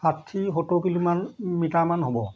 ষাঠি সত্তৰ কিলোমান মিটাৰমান হ'ব